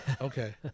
Okay